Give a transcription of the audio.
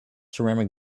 ceramic